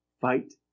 Fight